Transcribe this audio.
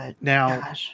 Now